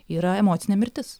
yra emocinė mirtis